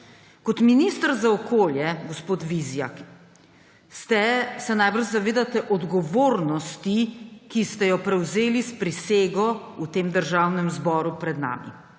Kot minister za okolje, gospod Vizjak, se najbrž zavedate odgovornosti, ki ste jo prevzeli s prisego v tem državnem zboru pred nami.